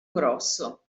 grosso